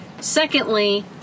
Secondly